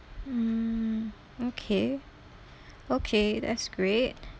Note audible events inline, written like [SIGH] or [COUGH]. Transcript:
mm okay [BREATH] okay that's great